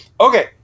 Okay